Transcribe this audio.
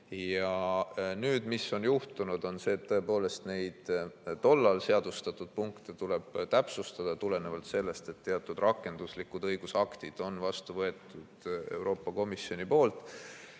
Nüüd on juhtunud see, et tõepoolest, neid tollal seadustatud punkte tuleb täpsustada tulenevalt sellest, et teatud rakenduslikud õigusaktid on Euroopa Komisjoni poolt